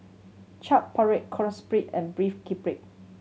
Chaat Papri Quesadillas and Beef Galbi